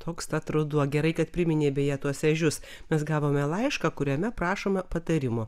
toks tad ruduo gerai kad priminei beje tuos ežius mes gavome laišką kuriame prašoma patarimo